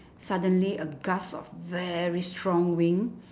suddenly a gust of very strong wind